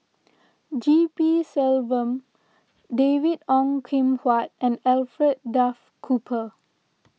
G P Selvam David Ong Kim Huat and Alfred Duff Cooper